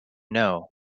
know